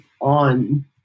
on